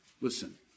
listen